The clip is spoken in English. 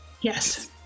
Yes